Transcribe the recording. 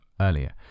earlier